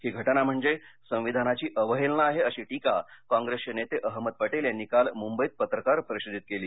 ही घटना म्हणजे संविधानाची अवहेलना आहे अशी टीका काँप्रेसचे नेते अहमद पटेल यांनी काल मुंबईत पत्रकार परिषदेत केली